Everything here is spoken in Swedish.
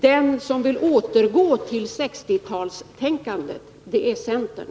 Den som vill återgå till 1960-talstänkandet är centern.